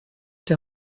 der